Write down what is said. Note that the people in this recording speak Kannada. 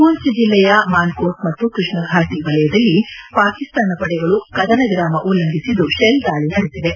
ಮೂಂಭ್ ಜಿಲ್ಲೆಯ ಮಾನ್ಕೋಟ್ ಮತ್ತು ಕೃಷ್ಣಭಾಟಿ ವಲಯದಲ್ಲಿ ವಾಕಿಸ್ತಾನ ಪಡೆಗಳು ಕದನವಿರಾಮ ಉಲ್ಲಂಘಿಸಿದ್ದು ಶೆಲ್ ದಾಳಿ ನಡೆಸಿವೆ